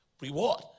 Reward